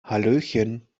hallöchen